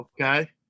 Okay